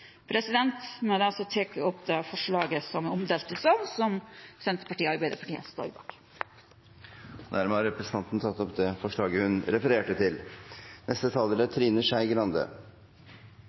opp de forslagene som er omdelt i salen, som Senterpartiet og Arbeiderpartiet står bak. Representanten Janne Sjelmo Nordås har tatt opp de forslagene hun refererte til. For meg som liberaler er